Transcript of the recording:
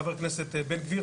ח"כ בן גביר,